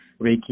reiki